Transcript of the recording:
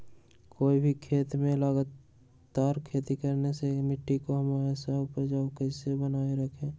कोई भी खेत में लगातार खेती करने के लिए मिट्टी को हमेसा उपजाऊ कैसे बनाय रखेंगे?